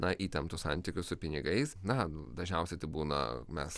na įtemptus santykius su pinigais na dažniausiai tai būna mes